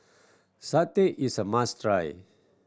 satay is a must try